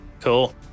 Cool